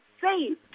saved